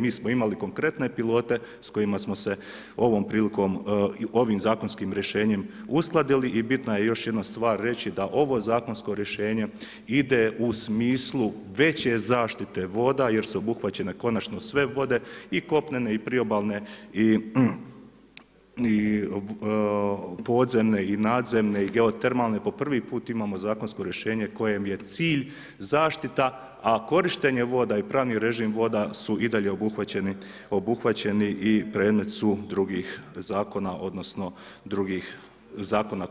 Mi smo imali konkretne pilote s kojima smo se ovom prilikom, ovim zakonskim rješenjem uskladili i bitno je još jednu stvar reći, da ovo zakonsko rješenje ide u smislu veće zaštite vode jer su obuhvaćene konačno sve vode i kopnene i priobalne i podzemne i nadzemne i geotermalne, po prvi put imamo zakonsko rješenje kojem je cilj zaštita, a korištenje voda i pravni režim voda su i dalje obuhvaćeni i predmet su drugih zakona odnosno drugih zakona